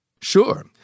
Sure